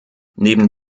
neben